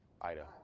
Ida